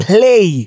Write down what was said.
Play